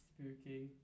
Spooky